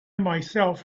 myself